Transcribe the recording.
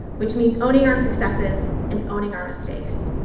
which means owning our successes and owning our mistakes.